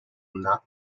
not